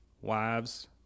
Wives